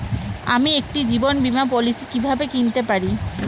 আমি একটি জীবন বীমা পলিসি কিভাবে কিনতে পারি?